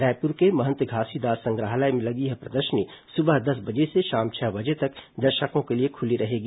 रायपुर के महंत घासीदास संग्रहालय में लगी यह प्रदर्शनी सुबह दस बजे से शाम छह बजे तक दर्शकों के लिए खुली रहेगी